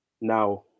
now